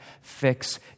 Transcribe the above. fix